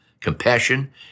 compassion